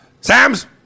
Sam's